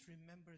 remember